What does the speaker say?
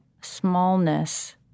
smallness